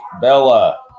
Bella